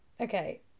Okay